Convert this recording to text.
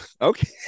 Okay